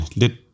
lidt